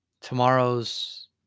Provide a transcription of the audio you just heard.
tomorrow's